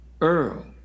Earl